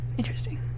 interesting